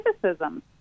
criticism